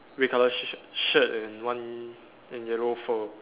red color sh~ sh~ shirt and one and yellow fur